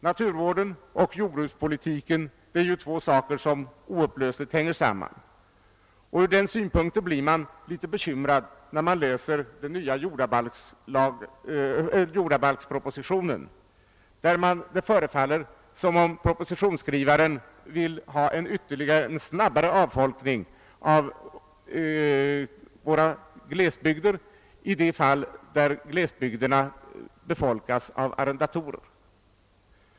Naturvården och jordbrukspolitiken är ju två saker som oupplösligt hänger samman, och ur den synpunkten blir man litet bekymrad när man läser den nya jordabalkspropositionen, där det förefaller som om propositionsskrivaren vill ha en snabbare avfolkning av våra glesbygder i de fall då glesbygderna befolkas av arrendatorer.